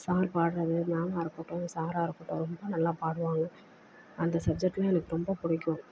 sir பாடுறது மேம்மாக இருக்கட்டும் சார்ராக இருக்கட்டும் ரொம்ப நல்லா பாடுவாங்க அந்த சப்ஜெட்லாம் எனக்கு ரொம்ப பிடிக்கும்